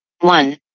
one